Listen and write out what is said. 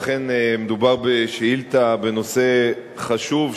אכן מדובר בשאילתא בנושא חשוב,